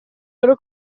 loro